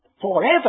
forever